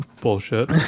bullshit